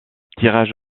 tirage